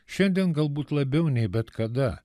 šiandien galbūt labiau nei bet kada